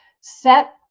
set